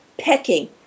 pecking